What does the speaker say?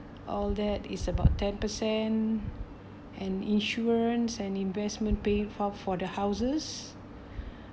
all that is about ten percent and insurance and investment pay for for the houses